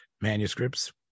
manuscripts